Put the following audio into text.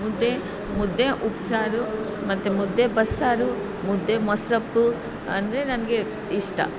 ಮುದ್ದೆ ಮುದ್ದೆ ಉಪ್ಸಾರು ಮತ್ತು ಮುದ್ದೆ ಬಸ್ಸಾರು ಮುದ್ದೆ ಮೊಸ್ಸಪ್ಪು ಅಂದರೆ ನನಗೆ ಇಷ್ಟ